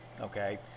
okay